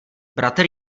bratr